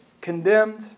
condemned